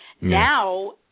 Now